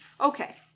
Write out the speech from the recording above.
Okay